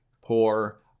poor